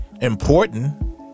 Important